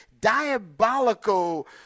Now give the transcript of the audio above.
diabolical